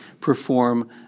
perform